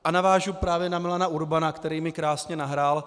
A navážu právě na Milana Urbana, který mi krásně nahrál.